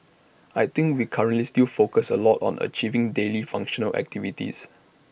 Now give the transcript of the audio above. I think we currently still focus A lot on achieving daily functional activities